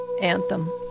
Anthem